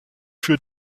für